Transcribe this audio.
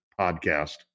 podcast